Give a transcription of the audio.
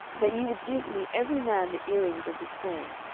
that ye would give me every man the earrings of his prey.